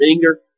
finger